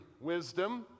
wisdom